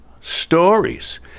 stories